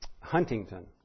Huntington